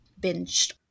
binged